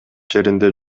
жеринде